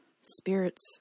Spirits